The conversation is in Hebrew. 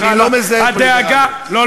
אני לא מזהה פה ליברליות.